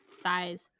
size